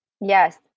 Yes